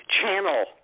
channel